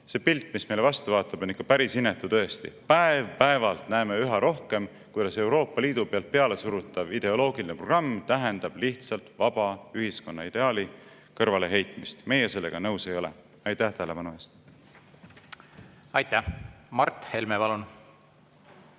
see pilt, mis meile vastu vaatab, on ikka päris inetu. Tõesti, päev-päevalt näeme üha rohkem, kuidas Euroopa Liidu pealesurutav ideoloogiline programm tähendab lihtsalt vaba ühiskonna ideaali kõrvaleheitmist. Meie sellega nõus ei ole. Tänan tähelepanu eest! Aitäh! Mart Helme, palun!